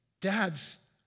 Dads